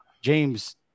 James